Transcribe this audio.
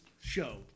show